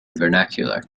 vernacular